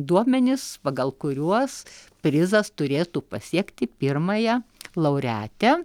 duomenis pagal kuriuos prizas turėtų pasiekti pirmąją laureatę